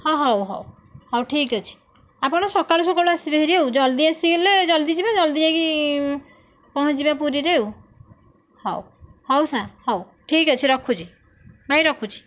ହଁ ହେଉ ହେଉ ହେଉ ଠିକ ଅଛି ଆପଣ ସକାଳୁ ସକାଳୁ ଆସିବେ ହାରି ଆଉ ଜଲଦି ଆସିଗଲେ ଜଲଦି ଯିବା ଜଲଦି ଯାଇକି ପହଞ୍ଚିଯିବା ପୁରୀରେ ଆଉ ହେଉ ହେଉ ସାର ହେଉ ଠିକ ଅଛି ରଖୁଛି ଭାଇ ରଖୁଛି